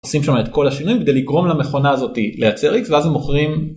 עושים שם את כל השינויים כדי לגרום למכונה הזאתי לייצר x ואז הם מוכרים